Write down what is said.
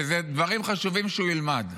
ואלה דברים שחשוב שהוא ילמד.